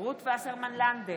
רות וסרמן לנדה,